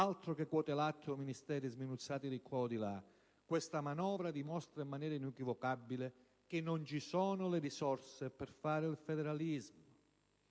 altro che quote latte o Ministeri sminuzzati di qua e di là! Questa manovra dimostra in maniera inequivocabile che non ci sono le risorse per realizzare il federalismo.